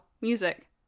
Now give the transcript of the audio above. music